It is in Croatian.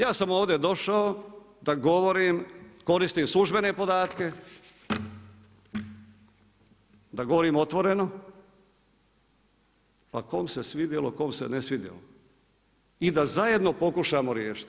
Ja sam ovdje došao da govorim, koristim službene podatke, da govorim otvoreno, pa kome se svidjelo, kome se ne svidjelo i da zajedno pokušamo riješiti.